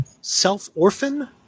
self-orphan